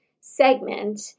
segment